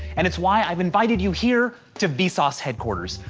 and it's why i've invited you hear to vsauce headquarters.